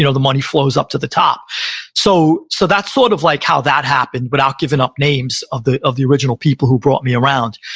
you know the money flows up to the top so so that's sort of like how that happened, without giving up names of the of the original people who brought me around.